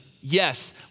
Yes